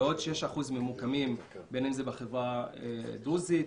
ועוד 6% ממוקמים במגזר הדרוזי,